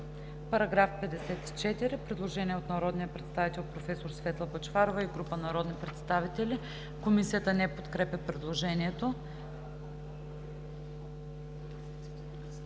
По § 33 има предложение от народния представител професор Светла Бъчварова и група народни представители. Комисията подкрепя по принцип предложението.